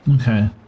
Okay